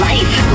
Life